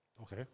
Okay